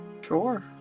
Sure